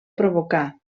provocà